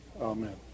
Amen